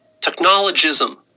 technologism